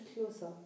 closer